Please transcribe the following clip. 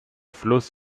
fluss